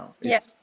Yes